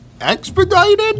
Expedited